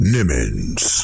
Nimmons